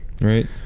Right